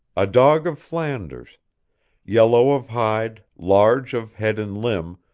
a dog of flanders yellow of hide, large of head and limb,